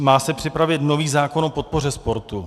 Má se připravit nový zákon o podpoře sportu.